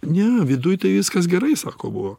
ne viduj tai viskas gerai sako buvo